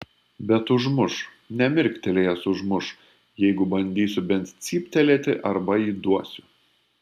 bet užmuš nemirktelėjęs užmuš jeigu bandysiu bent cyptelėti arba įduosiu